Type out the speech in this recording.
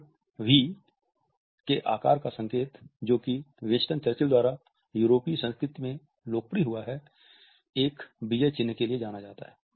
we के आकार का संकेत जो कि विंस्टन चर्चिल द्वारा यूरोपीय संस्कृति में लोकप्रिय हुआ है एक विजय चिन्ह के लिए जाना जाता है